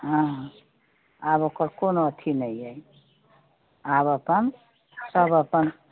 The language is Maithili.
हँ आब ओकर कोनो अथी नहि यऽ आब अपन सब अपन